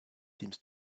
seems